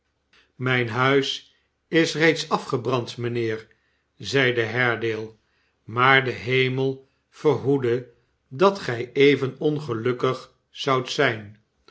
mijn huis is reeds afgebrand mijnheer zeide haredale smaar de hemel verhoede dat gij even ongelukkig zoudt zijn